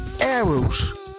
arrows